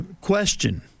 question